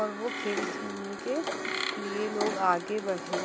और वो खेल खेलने के लिए लोग आगे बढ़ें